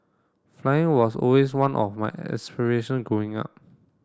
flying was always one of my aspiration growing up